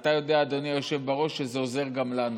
אתה יודע, אדוני היושב בראש, שזה עוזר גם לנו: